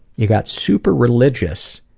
you got super religious,